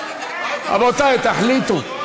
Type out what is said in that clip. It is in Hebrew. רבותי, תחליטו.